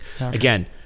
Again